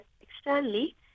externally